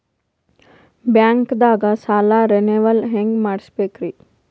ಬ್ಯಾಂಕ್ದಾಗ ಸಾಲ ರೇನೆವಲ್ ಹೆಂಗ್ ಮಾಡ್ಸಬೇಕರಿ?